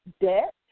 debt